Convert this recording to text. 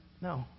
No